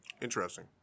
Interesting